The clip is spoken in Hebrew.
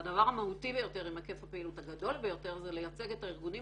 והדבר המהותי ביותר עם היקף הפעילות הגדול ביותר זה לייצג את הארגונים